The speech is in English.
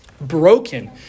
broken